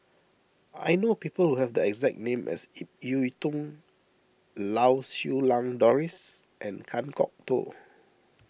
I know people who have the exact name as Ip Yiu Tung Lau Siew Lang Doris and Kan Kwok Toh